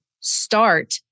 start